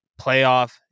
playoff